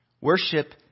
worship